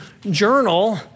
journal